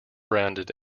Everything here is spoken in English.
branded